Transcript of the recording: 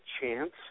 chance